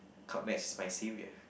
come maths is my saviour